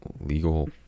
legal